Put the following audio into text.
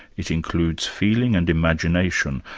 it includes feeling and imagination,